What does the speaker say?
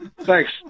Thanks